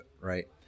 right